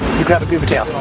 you grab a beaver tail.